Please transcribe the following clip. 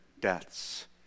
deaths